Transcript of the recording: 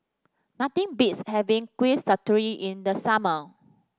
nothing beats having Kuih Sasturi in the summer